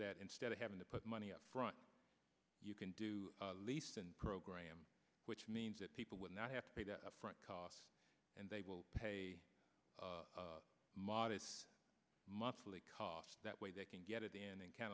that instead of having to put money up front you can do the least and program which means that people will not have to pay that upfront cost and they will pay a modest monthly cost that way they can get it and